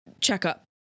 checkup